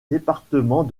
départements